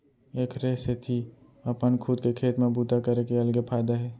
एखरे सेती अपन खुद के खेत म बूता करे के अलगे फायदा हे